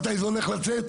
מתי זה הולך לצאת?